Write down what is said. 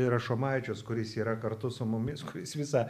rašomavičius kuris yra kartu su mumis kuris visą